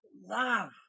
Love